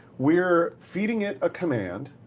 we're feeding it a command.